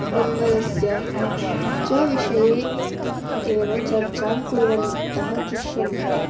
बङ्गलस्य च विषये एव चर्चां कुर्वन्तः दृश्यन्ते